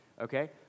Okay